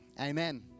Amen